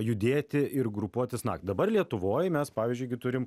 judėti ir grupuotis dabar lietuvoj mes pavyzdžiui gi turim